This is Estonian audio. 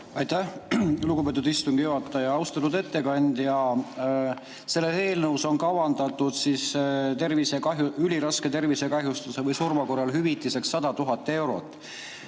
Aitäh, lugupeetud istungi juhataja! Austatud ettekandja! Selles eelnõus on kavandatud üliraske tervisekahjustuse või surma korral hüvitiseks 100 000 eurot.